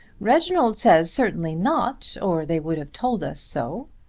reginald says certainly not, or they would have told us so.